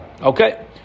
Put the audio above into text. Okay